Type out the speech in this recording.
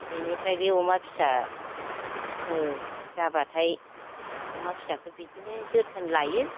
बेनिफ्राय बे अमा फिसा ओ जाब्लाथाय अमा फिसाखो बिदिनो जोथोन लायो